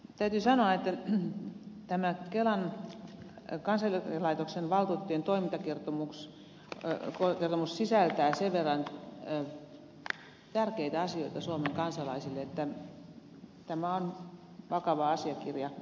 täytyy sanoa että tämä kansaneläkelaitoksen valtuutettujen toimintakertomus sisältää sen verran tärkeitä asioita suomen kansalaisille että tämä on vakava asiakirja